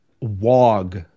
wog